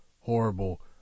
horrible